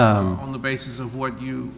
on the basis of what you